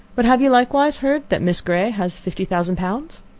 but have you likewise heard that miss grey has fifty thousand pounds?